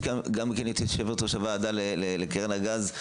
נמצאת כאן גם יושבת-ראש הוועדה לקרן הגז,